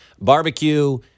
barbecue